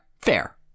fair